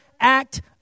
act